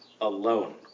alone